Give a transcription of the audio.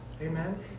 Amen